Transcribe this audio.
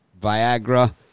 Viagra